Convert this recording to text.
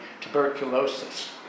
tuberculosis